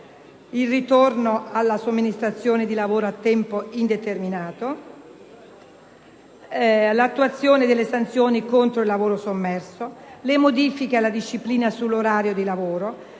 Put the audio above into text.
il ritorno alla somministrazione di lavoro a tempo determinato; l'attenuazione delle sanzioni contro il lavoro sommerso; le modifiche alla disciplina sull'orario di lavoro;